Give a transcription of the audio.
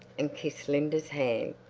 and kissed linda's hand.